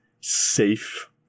safe